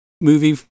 movie